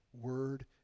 word